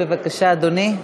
בבקשה, אדוני.